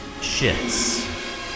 shits